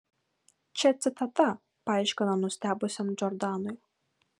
čia citata paaiškino nustebusiam džordanui